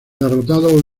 derrotados